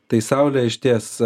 tai saulė išties